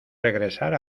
regresar